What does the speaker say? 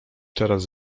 teraz